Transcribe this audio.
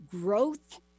growth